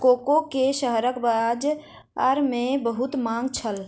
cocoa के शहरक बजार में बहुत मांग छल